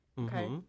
Okay